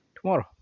tomorrow